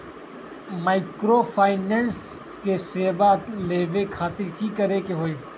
Microfinance के सेवा लेबे खातीर की करे के होई?